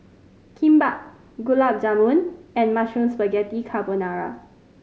Kimbap Gulab Jamun and Mushroom Spaghetti Carbonara